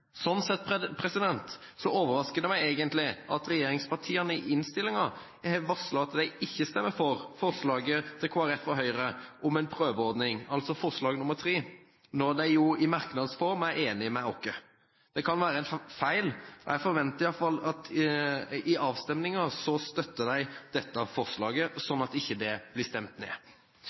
Sånn sett overrasker det meg egentlig at regjeringspartiene i innstillingen har varslet at de ikke stemmer for forslaget til Kristelig Folkeparti og Høyre om en prøveordning, altså forslag nr. 3, når de jo i merknads form er enige med oss. Det kan være en feil, og jeg forventer i alle fall at i avstemningen støtter de dette forslaget, sånn at ikke det blir stemt ned.